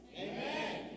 Amen